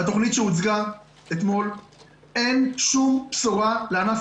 בתוכנית שהוצגה אתמול אין שום בשורה לענף